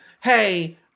hey